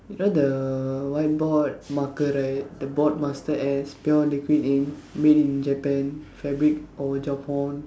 you know the whiteboard marker right the board master S pure liquid ink made in Japan fabric